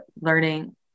learning